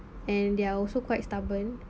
and they are also quite stubborn